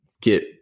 get